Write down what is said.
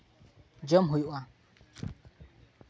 ᱡᱚᱢ ᱦᱩᱭᱩᱜᱼᱟ